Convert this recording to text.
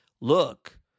Look